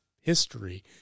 history